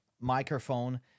microphone